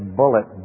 bullet